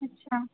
अच्छा